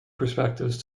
perspectives